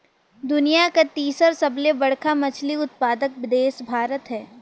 दुनिया कर तीसर सबले बड़खा मछली उत्पादक देश भारत हे